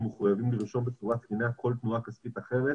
מחויבים לרשום בצורה תקינה כל תנועה כספית אחרת